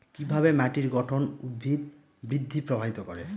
কিভাবে মাটির গঠন উদ্ভিদ বৃদ্ধি প্রভাবিত করে?